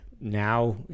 now